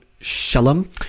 Shalom